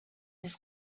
his